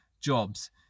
jobs